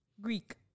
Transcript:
Greek